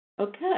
Okay